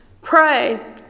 pray